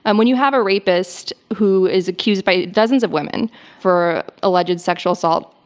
and when you have a rapist who is accused by dozens of women for alleged sexual assault,